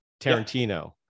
Tarantino